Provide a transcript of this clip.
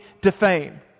defame